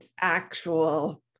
actual